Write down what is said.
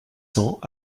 cents